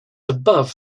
above